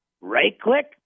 Right-click